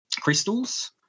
crystals